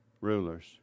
rulers